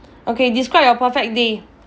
okay describe your perfect day